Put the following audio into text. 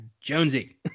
Jonesy